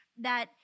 that-